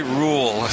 rule